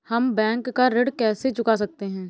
हम बैंक का ऋण कैसे चुका सकते हैं?